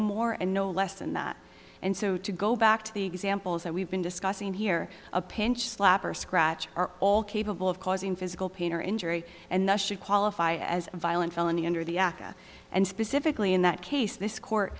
and no less than that and so to go back to the examples that we've been discussing here a pinch slap or scratch are all capable of causing physical pain or injury and thus should qualify as a violent felony under the aca and specifically in that case this court